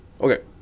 Okay